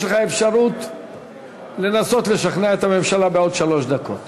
יש לך אפשרות לנסות לשכנע את הממשלה בעוד שלוש דקות.